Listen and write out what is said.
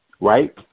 right